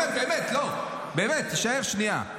באמת, באמת, תישאר שנייה.